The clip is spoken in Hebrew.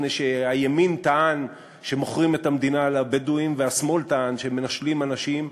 מפני שהימין טען שמוכרים את המדינה לבדואים והשמאל טען שמנשלים אנשים,